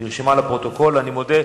שנים רבות מתקיים נוהג שהמתיישבים ביהודה